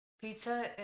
Pizza